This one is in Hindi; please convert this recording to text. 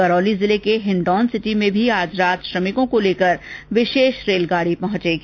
करौली जिले के हिण्डौनसिटी में भी आज रात श्रमिकों को लेकर विशेष रेलगाडी पहुंचेगी